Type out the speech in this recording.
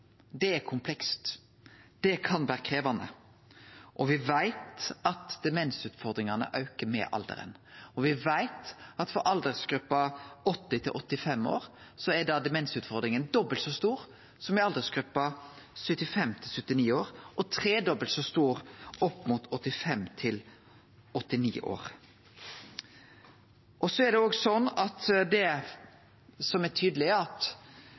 er komplekst. Det kan vere krevjande. Og me veit at demensutfordringane aukar med alderen. Me veit òg at for aldersgruppa 80–85 år er demensutfordringane dobbelt så store som for aldersgruppa 75–79 år, og tredobbelt så store som for aldersgruppa 85–89 år. Det som er tydeleg, er at sjukdom og helse er vesentleg meir utbreidd som